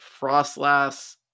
Frostlass